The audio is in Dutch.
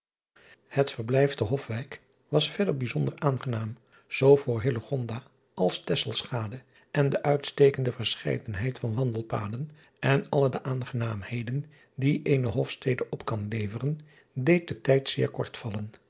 et verblijf of ofwijk was verder bijzonder aangenaam zoo voor als en de uitstekende verscheidenheid van wandelpaden en alle de aangenaamheden die eene ofstede op kan leveren deed den tijd zeer kort vallen